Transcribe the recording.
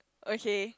okay